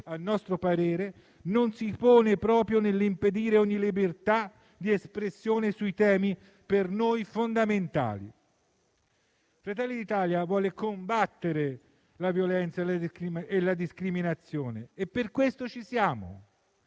a nostro parere, non si pone proprio nell'impedire ogni libertà di espressione su temi per noi fondamentali. Fratelli d'Italia vuole combattere la violenza e la discriminazione, e per questo ci siamo,